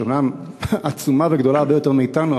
שאומנם היא עצומה וגדולה הרבה יותר מאתנו,